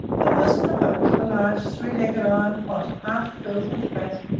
there was in the boat a large three-legged iron pot, half filled with fat,